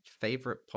favorite